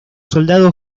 soldados